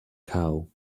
cow